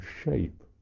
shape